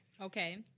Okay